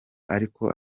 ariko